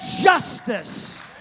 justice